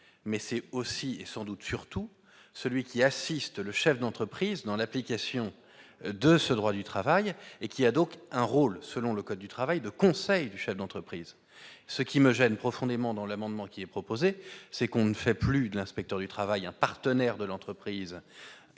mais c'est aussi sans doute surtout celui qui assiste le chef d'entreprise dans l'application de ce droit du travail et qui a donc un rôle selon le code du travail de conseil des chefs d'entreprise, ce qui me gêne profondément dans l'amendement qui est proposé, c'est qu'on ne fait plus de l'inspecteur du travail, un partenaire de l'entreprise